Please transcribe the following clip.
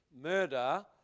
Murder